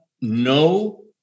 no